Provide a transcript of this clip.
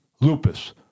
lupus